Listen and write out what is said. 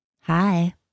Hi